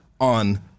on